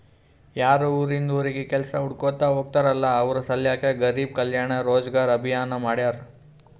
ಯಾರು ಉರಿಂದ್ ಉರಿಗ್ ಕೆಲ್ಸಾ ಹುಡ್ಕೋತಾ ಹೋಗ್ತಾರಲ್ಲ ಅವ್ರ ಸಲ್ಯಾಕೆ ಗರಿಬ್ ಕಲ್ಯಾಣ ರೋಜಗಾರ್ ಅಭಿಯಾನ್ ಮಾಡ್ಯಾರ್